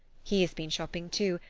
he has been shopping too,